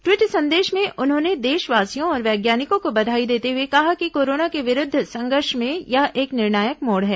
tweet संदेश में उन्होंने देशवासियों और वैज्ञानिकों को बधाई देते हए कहा कि कोरोना के विरूद्व संघर्ष में यह एक निर्णायक मोड़ है